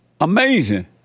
Amazing